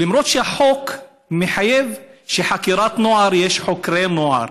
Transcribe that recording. למרות שהחוק מחייב שבחקירת נוער יהיו חוקרי נוער,